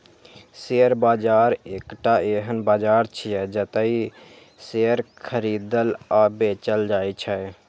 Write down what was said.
share बाजार एकटा एहन बाजार छियै, जतय शेयर खरीदल आ बेचल जाइ छै